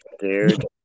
dude